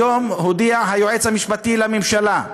היום הודיע היועץ המשפטי לממשלה,